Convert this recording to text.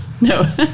No